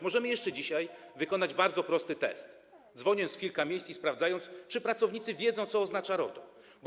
Możemy jeszcze dzisiaj wykonać bardzo prosty test, dzwoniąc w kilka miejsc i sprawdzając, czy pracownicy wiedzą, co oznacza RODO.